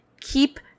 Keep